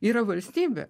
yra valstybė